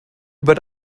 über